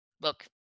Look